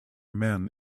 men